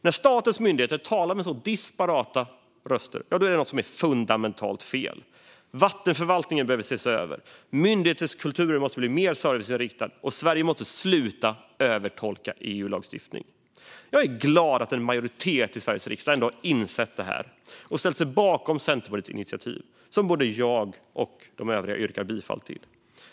När statens myndigheter talar med så disparata röster är något fundamentalt fel. Vattenförvaltningen behöver ses över, myndighetskulturen måste bli mer serviceinriktad och Sverige måste sluta övertolka EU-lagstiftning. Jag är glad att en majoritet i Sveriges riksdag har insett detta och ställer sig bakom Centerpartiets initiativ, som jag härmed yrkar bifall till.